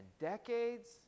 decades